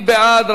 מי בעד?